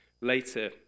later